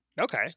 Okay